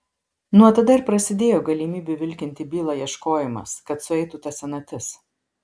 nuo tada ir prasidėjo galimybių vilkinti bylą ieškojimas kad sueitų ta senatis